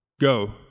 Go